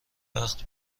وقت